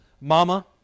Mama